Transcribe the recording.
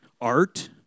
Art